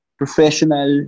professional